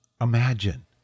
Imagine